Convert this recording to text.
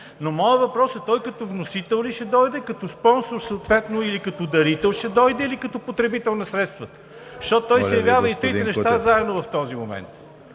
Моят въпрос е: той като вносител ли ще дойде, като спонсор съответно, като дарител или като потребител на средствата? Защото той се явява и трите неща заедно в този момент.